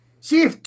see